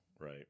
Right